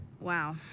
Wow